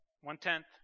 one-tenth